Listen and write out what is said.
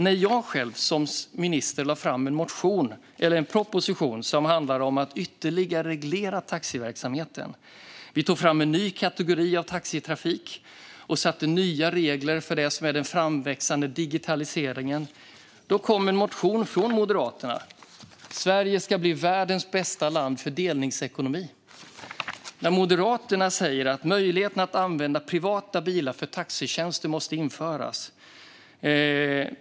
Jag lade själv som minister fram en proposition som handlade om att ytterligare reglera taxiverksamheten. Vi tog fram en ny kategori av taxiverksamhet och satte upp nya regler för den framväxande digitaliseringen. Då kom en motion från Moderaterna, Sverige ska bli världens bästa land för delningsekonomi , där Moderaterna säger att möjligheten att använda privata bilar för taxitjänster måste införas.